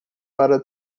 para